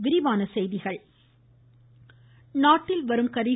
பிரதமர் நாட்டில் வரும் கரீ